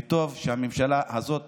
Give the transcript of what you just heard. וטוב שהממשלה הזאת